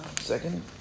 second